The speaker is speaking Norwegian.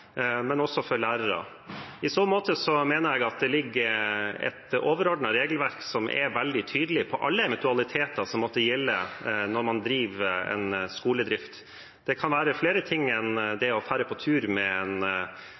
men også for lærere. I så måte mener jeg at det ligger et overordnet regelverk som er veldig tydelig på alle eventualiteter som måtte gjelde når man driver en skole. Det kan være flere ting enn det å reise på tur med en